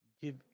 Give